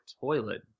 toilet